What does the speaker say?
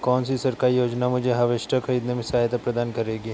कौन सी सरकारी योजना मुझे हार्वेस्टर ख़रीदने में सहायता प्रदान करेगी?